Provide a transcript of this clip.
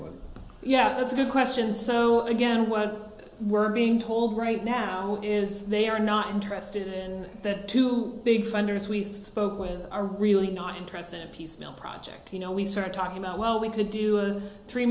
yeah that's a good question so again what we're being told right now is they are not interested in the two big funders we spoke with are really not impressive piecemeal project you know we start talking about well we could do a three